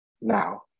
now